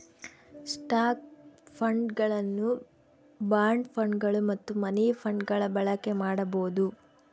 stock ಫಂಡ್ಗಳನ್ನು bond ಫಂಡ್ಗಳು ಮತ್ತು ಮನಿ ಫಂಡ್ಗಳ ಬಳಕೆ ಮಾಡಬೊದು